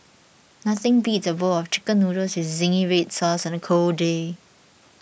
nothing beats a bowl of Chicken Noodles with Zingy Red Sauce on a cold day